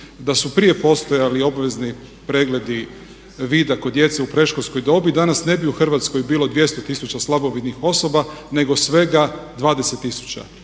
Da su prije postojali obvezni pregledi vida kod djece u predškolskoj dobi danas ne bi u Hrvatskoj bilo 200 tisuća slabovidnih osoba nego svega 20